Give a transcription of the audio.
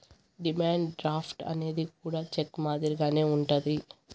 demand draft అనేది కూడా cheque మాదిరిగానే ఉంటది